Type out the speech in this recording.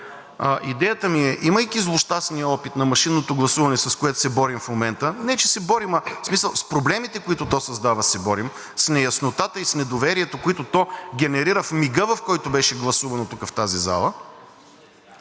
Идеята ми е, имайки злощастния опит на машинното гласуване, с което се борим в момента, не че се борим, в смисъл с проблемите, които то създава, се борим, с неяснотата и доверието, които то генерира в мига, в който беше гласувано тук в тази зала.